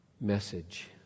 message